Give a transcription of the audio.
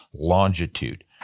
longitude